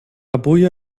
abuja